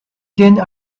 changed